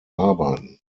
arbeiten